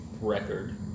record